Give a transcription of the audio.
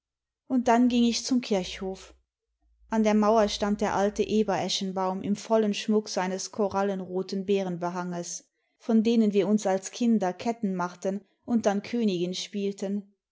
und dann ging ich zum kirchhof an der mauer stand der alte ebereschenbaum im vollen schmuck seines korallenroten beerenbehanges von denen wir uns als kinder ketten maditen imd dann königin spielten